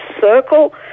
circle